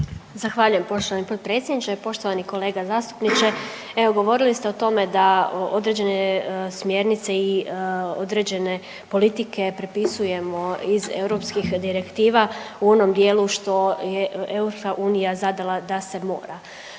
Zahvaljujem poštovani potpredsjedniče. Poštovani kolega zastupniče, evo govorili ste o tome da određene smjernice i određene politike prepisujemo iz europskih direktiva u onom dijelu što je EU zadala da se mora.